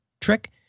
trick